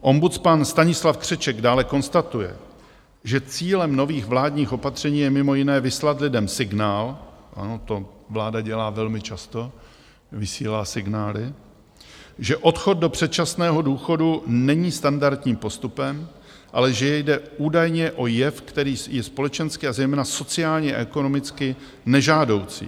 Ombudsman Stanislav Křeček dále konstatuje, že cílem nových vládních opatření je mimo jiné vyslat lidem signál ano, to vláda dělá velmi často, vysílá signály že odchod do předčasného důchodu není standardním postupem, ale že jde údajně o jev, který je společensky a zejména sociálně a ekonomicky nežádoucí.